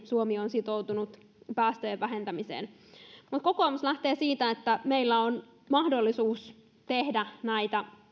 suomi on aikaisemmin sitoutunut päästöjen vähentämiseen kokoomus lähtee siitä että meillä on mahdollisuus tehdä näitä